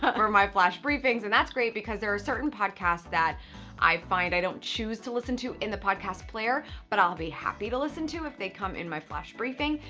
ah my flash briefings, and that's great because there are certain podcasts that i find i don't choose to listen to in the podcast player but i'll be happy to listen to if they come in my flash briefing.